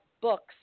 books